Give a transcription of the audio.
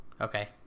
okay